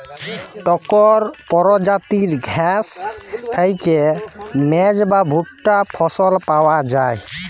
ইকট পরজাতির ঘাঁস থ্যাইকে মেজ বা ভুট্টা ফসল পাউয়া যায়